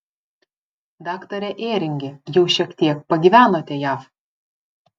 daktare ėringi jau šiek tiek pagyvenote jav